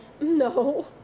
No